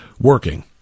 working